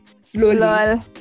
slowly